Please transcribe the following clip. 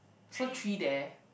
so three there